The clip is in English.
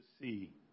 see